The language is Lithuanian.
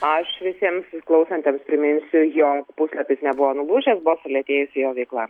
aš visiems klausantiems priminsiu jog puslapis nebuvo nulūžęs buvo sulėtėjusi jo veikla